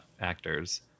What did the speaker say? actors